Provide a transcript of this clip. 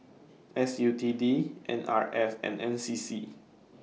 S U T D N R F and N C C